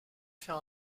fait